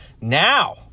Now